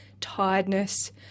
Tiredness